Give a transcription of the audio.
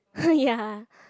!huh! ya